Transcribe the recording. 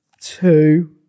two